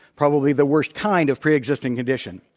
probably the worst kind of pre-existing condition.